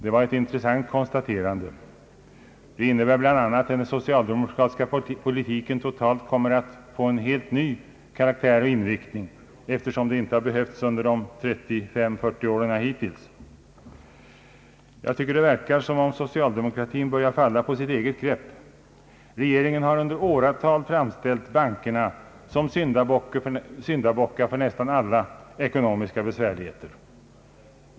Det var ett intressant konstaterande, som bl.a. innebär att den socialdemokratiska politiken kommer att få en helt ny karaktär och inriktning, eftersom en socialisering av bankväsendet inte behövts hittills under det socialdemokratiska maktinnehavet. Det förefaller vidare som om socialdemokratin börjar falla på eget grepp. iegeringen har under åratal framställt bankerna som syndabocken för nästan alla ekonomiska besvärligheter.